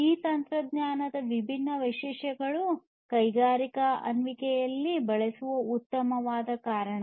ಈ ತಂತ್ರಜ್ಞಾನದ ವಿಭಿನ್ನ ವೈಶಿಷ್ಟ್ಯಗಳು ಕೈಗಾರಿಕಾ ಅನ್ವಯಿಕೆಗಳಲ್ಲಿ ಬಳಸಲು ಉತ್ತಮವಾದ ಕಾರಣ